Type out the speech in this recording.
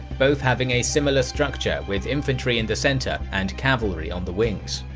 both having a similar structure with infantry in the center and cavalry on the wings.